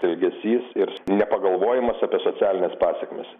elgesys ir nepagalvojimas apie socialines pasekmes